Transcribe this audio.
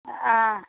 ஆ